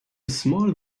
small